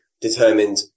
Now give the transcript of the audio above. determined